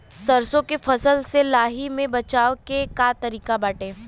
सरसो के फसल से लाही से बचाव के का तरीका बाटे?